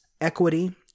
equity